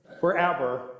forever